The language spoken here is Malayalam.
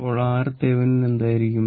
അപ്പോൾ RThevenin എന്തായിരിക്കും